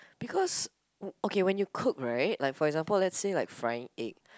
because okay when you cook right like for example let's say like frying egg